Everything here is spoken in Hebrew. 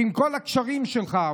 שעם כל הקשרים שלך,